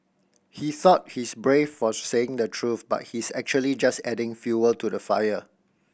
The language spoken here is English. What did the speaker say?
he thought he's brave for saying the truth but he's actually just adding fuel to the fire